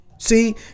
See